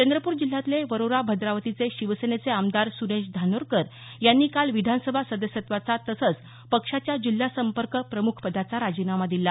चंद्रपूर जिल्ह्यातले वरोरा भद्रावतीचे शिवसेनेचे आमदार सुरेश धानोरकर यांनी काल विधानसभा सदस्यत्त्वाचा तसंच पक्षाच्या जिल्हा संपर्क प्रमुख पदाचा राजीनामा दिला